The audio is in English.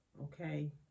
Okay